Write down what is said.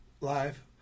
Live